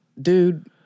Dude